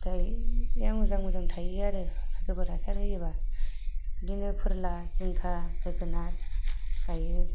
फिथाइया मोजां मोजां थायो आरो गोबोर हासार होयोबा बिदिनो फोरला जिंखा जोगोनार गायो